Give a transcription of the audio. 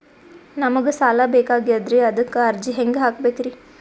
ನಮಗ ಸಾಲ ಬೇಕಾಗ್ಯದ್ರಿ ಅದಕ್ಕ ಅರ್ಜಿ ಹೆಂಗ ಹಾಕಬೇಕ್ರಿ?